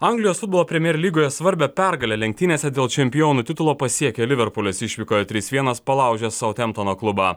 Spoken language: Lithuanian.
anglijos futbolo premjer lygoje svarbią pergalę lenktynėse dėl čempionų titulo pasiekė liverpulis išvykoje trys vienas palaužęs sautemptono klubą